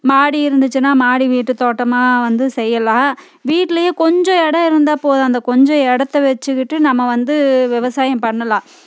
மாடி இருந்துச்சுனா மாடி வீட்டு தோட்டமாக வந்து செய்யலாம் வீட்டிலையே கொஞ்சம் இடம் இருந்தால் போதும் அந்த கொஞ்சம் இடத்த வச்சிக்கிட்டு நம்ம வந்து விவசாயம் பண்ணலாம்